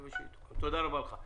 תודה רבה לך.